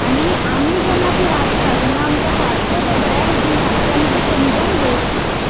आनी आमी जेन्ना तें वाचता तेन्ना आमकां सारको तो बऱ्या भशेन सारकें आमी तें समजोन घेवूं शकतात